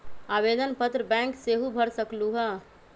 आवेदन पत्र बैंक सेहु भर सकलु ह?